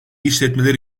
işletmeler